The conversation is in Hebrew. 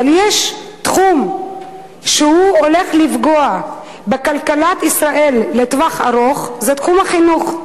אבל יש תחום שהולך לפגוע בכלכלת ישראל לטווח הארוך וזה תחום החינוך.